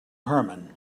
herman